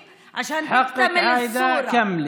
אליי ותשאל אותי ואני אענה על הכול בנוחות.